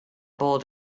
bold